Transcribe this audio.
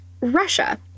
Russia